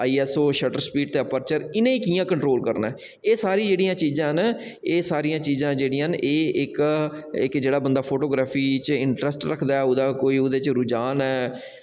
आइयां शो shutter speed ते अपर्चर इनें ई कि'यां कंट्रोल करना ऐ एह् सारी जेह्ड़ियां चीजां न एह् सारियां चीजां जेह्ड़ियां न इक इक जगह् बंदा फोटोग्राफी च इंट्रैस्ट रखदा ऐ ओह्दा कोई ओह्दे च रुझान ऐ